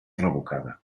revocada